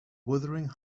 wuthering